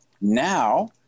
Now